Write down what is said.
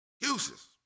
Excuses